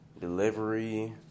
delivery